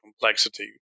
complexity